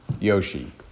Yoshi